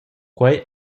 quei